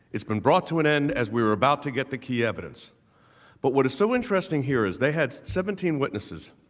its been brought to an end as we're about to get the key evidence but what is so interesting here is they had seventeen witnesses